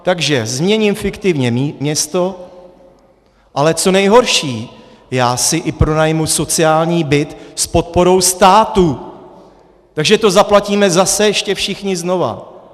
Takže změním fiktivně město, ale co nejhorší, já si i pronajmu sociální byt s podporou státu, takže to zaplatíme zase ještě všichni znova.